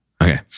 Okay